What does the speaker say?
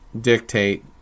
dictate